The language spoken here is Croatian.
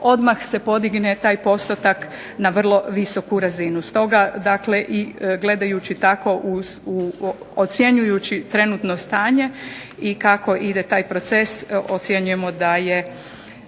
odmah se podigne taj postotak na vrlo visoku razinu. Stoga gledajući tako ocjenjujući trenutno stanje i kako ide taj proces ocjenjujemo da je